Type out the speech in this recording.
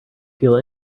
feel